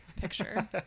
picture